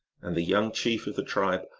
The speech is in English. and the young chief of the tribe,